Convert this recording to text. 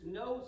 no